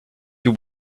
you